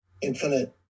infinite